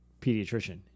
pediatrician